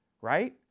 right